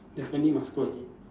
definitely must go and eat